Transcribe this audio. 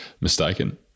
mistaken